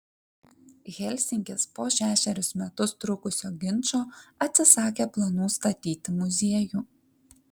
helsinkis po šešerius metus trukusio ginčo atsisakė planų statyti muziejų